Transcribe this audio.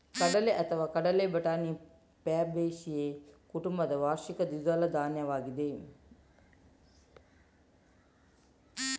ಕಡಲೆಅಥವಾ ಕಡಲೆ ಬಟಾಣಿ ಫ್ಯಾಬೇಸಿಯೇ ಕುಟುಂಬದ ವಾರ್ಷಿಕ ದ್ವಿದಳ ಧಾನ್ಯವಾಗಿದೆ